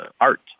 art